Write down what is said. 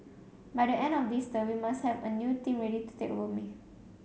by the end of this term we must have a new team ready to take over from me